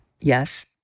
yes